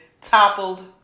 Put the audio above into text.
toppled